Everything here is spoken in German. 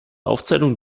aufzählung